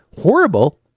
horrible